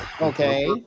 okay